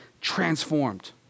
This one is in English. transformed